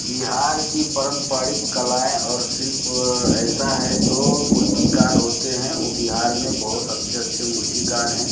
बिहार की पारंपरिक कलाएं और शिल्प ऐसा है जो मूर्तिकार होते हैं वो बिहार में बहुत अच्छे अच्छे मूर्तिकार हैं